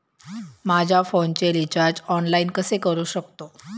माझ्या फोनचे recharge online कसे करू शकतो?